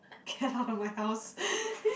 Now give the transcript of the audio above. get out of my house